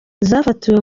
zafatiwe